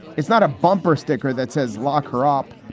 it's not a bumper sticker that says lock her up.